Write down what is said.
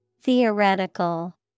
Theoretical